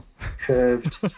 curved